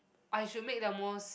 I should make the most